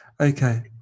Okay